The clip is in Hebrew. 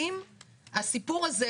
האם הסיפור הזה,